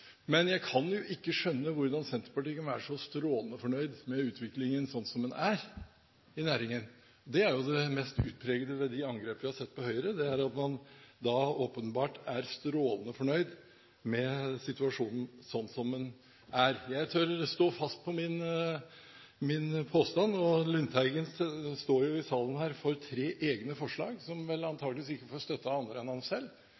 Jeg kan ikke skjønne hvordan Senterpartiet kan være så strålende fornøyd med utviklingen sånn som den er i næringen. Det er det mest utpregede ved angrepene vi har sett på Høyre, at man åpenbart er strålende fornøyd med situasjonen sånn som den er. Jeg tør stå fast på min påstand. Lundteigen står i salen for tre egne forslag som antakeligvis ikke får støtte av andre enn ham selv,